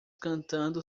cantando